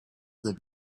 the